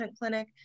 clinic